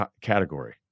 category